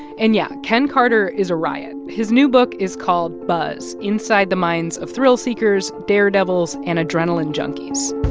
and yeah, ken carter is a riot. his new book is called buzz! inside the minds of thrill-seekers, daredevils and adrenaline junkies.